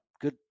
good